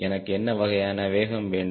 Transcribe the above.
எனக்கு என்ன வகையான வேகம் வேண்டும்